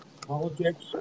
politics